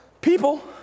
people